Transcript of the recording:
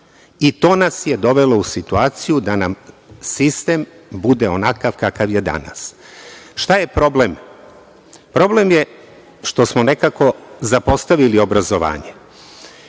i to nas je dovelo u situaciju da nam sistem bude onakav kakav je danas. Šta je problem? Problem je što smo nekako zapostavili obrazovanje.